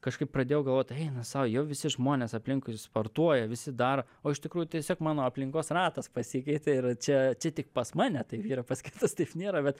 kažkaip pradėjau galvot eina sau jau visi žmonės aplinkui sportuoja visi daro o iš tikrųjų tiesiog mano aplinkos ratas pasikeitė ir čia čia tik pas mane taip yra pas kitus taip nėra bet